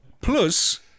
plus